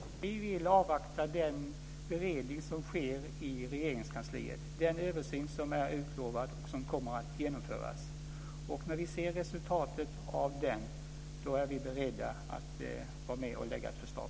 Herr talman! Vi vill avvakta den beredning som sker i Regeringskansliet, den översyn som är utlovad och som kommer att genomföras. När vi ser resultatet av den är vi beredda att lägga fram ett förslag.